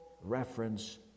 reference